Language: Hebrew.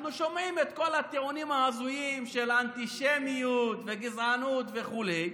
אנחנו שומעים את כל הטיעונים ההזויים של אנטישמיות וגזענות וכו'